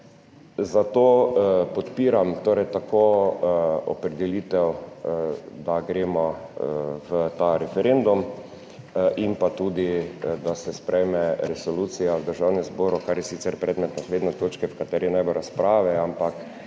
Zato podpiram tako opredelitev, da gremo v ta referendum, pa tudi, da se sprejme resolucija v Državnem zboru, kar je sicer predmet naslednje točke, pri kateri ne bo razprave, ampak